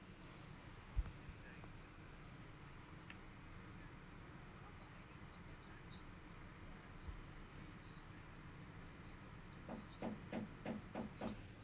and and